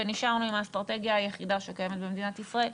ונשארנו עם האסטרטגיה היחידה שקיימת במדינת ישראל,